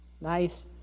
nice